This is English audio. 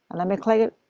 let me click it,